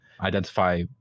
identify